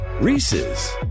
Reese's